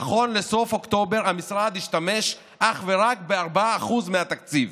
נכון לסוף אוקטובר המשרד השתמש אך ורק ב-4% מהתקציב.